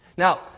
Now